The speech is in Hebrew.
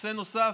נושא נוסף,